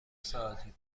ساعتی